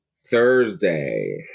Thursday